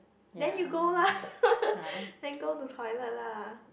then you go lah then go to toilet lah